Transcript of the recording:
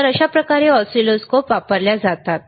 तर अशा प्रकारे ऑसिलोस्कोप वापरल्या जातात